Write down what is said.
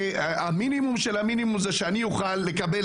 המינימום של המינימום זה שאני אוכל לקבל